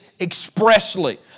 expressly